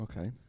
Okay